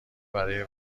برای